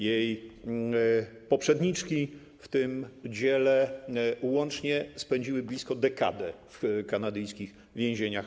Jej poprzedniczki w tym dziele łącznie spędziły blisko dekadę w kanadyjskich więzieniach.